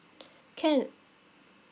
can